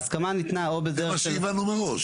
זה מה שהבנו מראש.